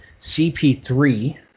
CP3